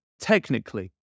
technically